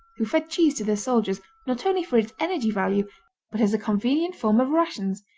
who fed cheese to their soldiers not only for its energy value but as a convenient form of rations,